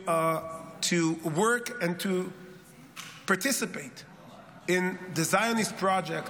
work and to participate in the Zionist project,